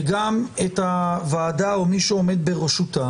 וגם את הוועדה או מי שעומד בראשותה